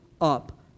up